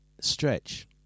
stretch